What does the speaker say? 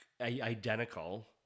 identical